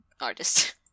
artist